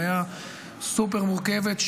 בעיה סופר מורכבת,